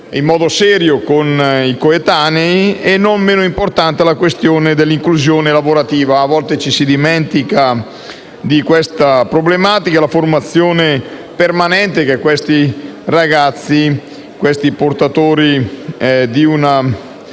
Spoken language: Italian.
in modo serio con i coetanei; non meno importante è la questione dell'inclusione lavorativa. A volte ci si dimentica della problematica della formazione permanente che questi ragazzi, portatori di una